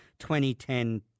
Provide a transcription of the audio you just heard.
2010